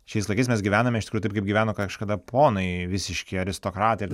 šiais laikais mes gyvename iš tikrųjų taip kaip gyveno kažkada ponai visiški aristokratai ir